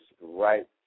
right